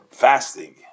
fasting